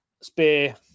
Spear